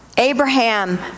Abraham